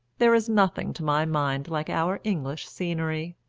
there is nothing to my mind like our english scenery.